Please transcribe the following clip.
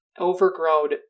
overgrown